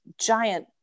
giant